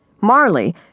Marley